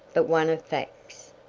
but one of facts.